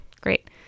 great